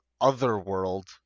Otherworld